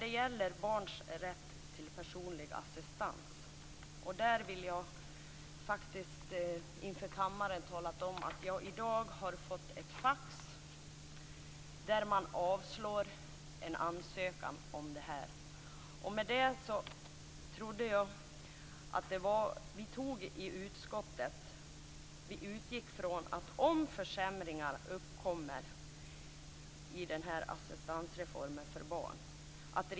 Det gäller barns rätt till personlig assistans. Jag vill inför kammaren tala om att jag i dag har fått ett fax - ett avslag på en ansökan om personlig assistans. Vi utgick i utskottet från att regeringen skulle återkomma om försämringar uppkom när det gäller assistansreformen för barn.